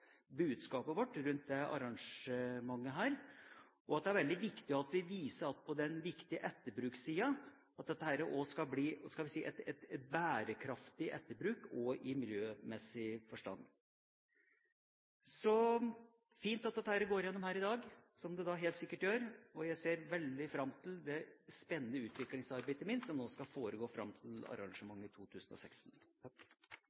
budskapet vårt rundt dette arrangementet. Og det er veldig viktig at vi viser at det skal bli en – skal vi si – bærekraftig etterbruk også i miljømessig forstand. Det er fint at dette går igjennom her i dag – som det helt sikkert gjør – og jeg ser veldig fram til det spennende utviklingsarbeidet, ikke minst, som skal foregå fram til